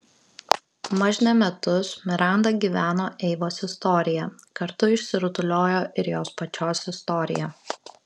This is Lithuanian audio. mažne metus miranda gyveno eivos istorija kartu išsirutuliojo ir jos pačios istorija